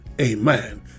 amen